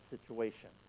situation